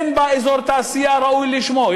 אין בה אזור תעשייה ראוי לשמו,